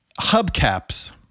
Hubcaps